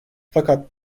fakat